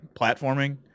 platforming